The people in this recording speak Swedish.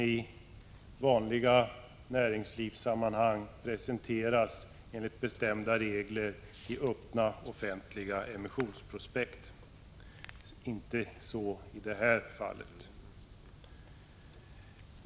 I vanliga näringslivssammanhang presenteras detta enligt bestämda regler i öppna, offentliga emissionsprospekt. Så inte i det här fallet.